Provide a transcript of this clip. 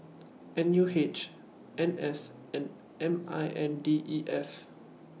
N U H N S and M I N D E F